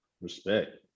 respect